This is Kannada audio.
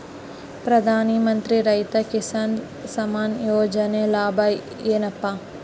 ಪ್ರಧಾನಮಂತ್ರಿ ರೈತ ಕಿಸಾನ್ ಸಮ್ಮಾನ ಯೋಜನೆಯ ಲಾಭ ಏನಪಾ?